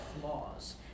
flaws